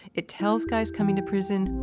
it tells guys coming to prison,